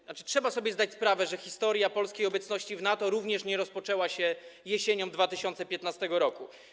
To znaczy trzeba sobie zdać sprawę, że historia polskiej obecności w NATO również nie rozpoczęła się jesienią 2015 r.